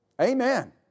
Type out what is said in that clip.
Amen